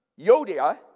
Yodia